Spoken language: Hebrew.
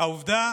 העובדה